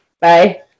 Bye